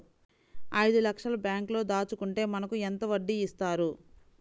ఐదు లక్షల బ్యాంక్లో దాచుకుంటే మనకు ఎంత వడ్డీ ఇస్తారు?